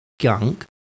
gunk